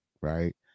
right